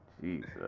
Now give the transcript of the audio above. Jesus